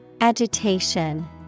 Agitation